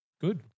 Good